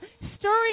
stirring